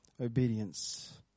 obedience